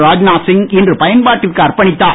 ராத்நாத் சிங் இன்று பயன்பாட்டிற்கு அர்ப்பணித்தார்